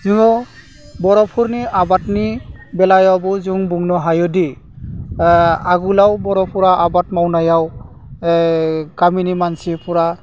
जोङो बर'फोरनि आबादनि बेलायावबो जों बुंनो हायोदि आगोलाव बर'फोरा आबाद मावनायाव गामिनि मानसिफोरा